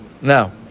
now